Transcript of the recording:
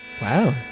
Wow